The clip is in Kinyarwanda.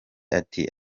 ati